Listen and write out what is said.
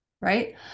right